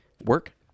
work